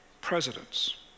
presidents